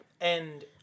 And-